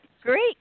Great